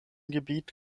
gebiet